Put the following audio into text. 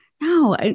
No